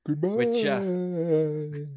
Goodbye